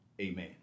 amen